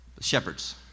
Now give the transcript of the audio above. Shepherds